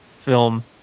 film